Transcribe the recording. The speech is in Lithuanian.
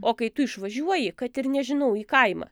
o kai tu išvažiuoji kad ir nežinau į kaimą